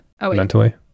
mentally